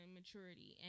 maturity